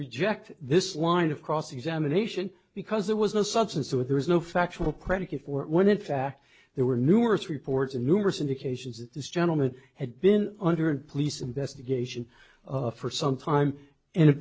reject this line of cross examination because there was no substance to it there was no factual predicate when in fact there were numerous reports and numerous indications that this gentleman had been under police investigation for some time and